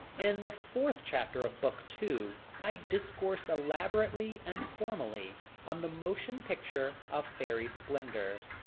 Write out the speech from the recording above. in the fourth chapter of book two i discourse elaborately and formally on the motion picture of fairy splendor.